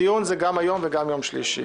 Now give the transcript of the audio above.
הדיון הוא גם היום וגם ביום שלישי.